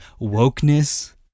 wokeness